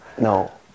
No